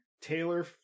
Taylor